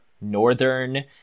Northern